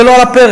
זה לא על הפרק.